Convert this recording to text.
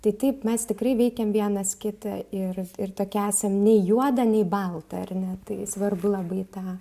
tai taip mes tikrai veikiam vienas kitą ir ir tokie esam nei juoda nei balta ar ne tai svarbu labai tą